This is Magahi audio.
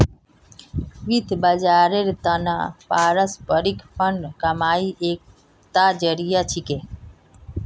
वित्त बाजारेर त न पारस्परिक फंड कमाईर एकता जरिया छिके